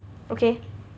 okay